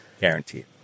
Guaranteed